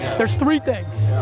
there's three things.